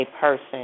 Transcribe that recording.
person